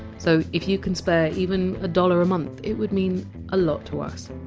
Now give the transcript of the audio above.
so if you can spare even a dollar a month, it would mean a lot to us.